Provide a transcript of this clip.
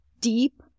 deep